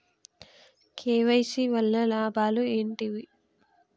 KYC వల్ల లాభాలు ఏంటివి?